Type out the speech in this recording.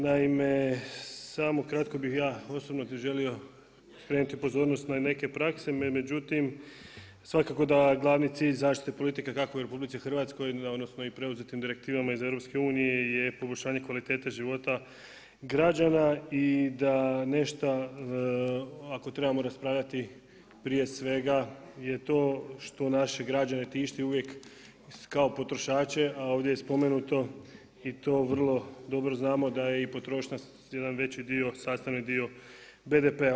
Naime, samo kratko bi ja osobno želio skrenuti pozornost na neke prakse međutim, svakako da glavni cilj zaštite politike kako u RH odnosno i preuzetim direktivama iz EU-a je poboljšanje kvalitete života građana i da nešto ako trebamo raspravljati prije svega je to što naši građani tišti uvijek kao potrošače a ovdje je spomenuto i to vrlo dobro znamo da je i potrošnja jedan veći dio, sastavni dio BDP-a.